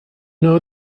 know